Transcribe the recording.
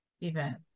event